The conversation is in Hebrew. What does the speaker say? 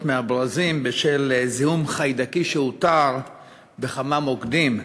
מהברזים בשל זיהום חיידקי שאותר בכמה מוקדים.